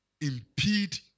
impede